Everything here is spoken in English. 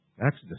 Exodus